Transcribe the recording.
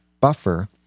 Buffer